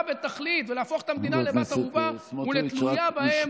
בתכלית ולהפוך את המדינה לבת ערובה ולתלויה בהם.